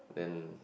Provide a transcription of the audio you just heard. and